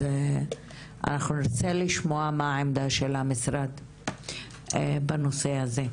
אז אנחנו נרצה לשמוע מה העמדה של המשרד בנושא הזה.